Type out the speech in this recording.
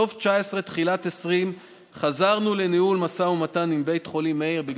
בסוף 2019 תחילת 2020 חזרנו לניהול משא ומתן עם בית חולים מאיר,